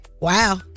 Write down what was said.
wow